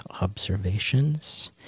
Observations